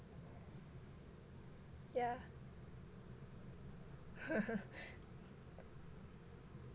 yeah